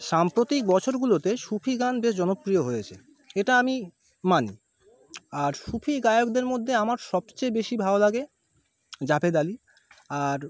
সাম্প্রতিক বছরগুলোতে সুফি গান বেশ জনপ্রিয় হয়েছে এটা আমি মানি আর সুফি গায়কদের মধ্যে আমার সবচেয়ে বেশি ভালো লাগে জাভেদ আলি আর